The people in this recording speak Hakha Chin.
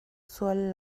sual